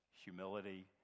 humility